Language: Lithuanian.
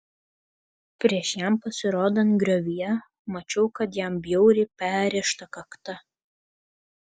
prieš jam pasirodant griovyje mačiau kad jam bjauriai perrėžta kakta